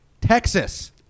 Texas